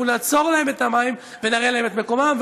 אנחנו נעצור להם את המים ונראה להם את מקומם.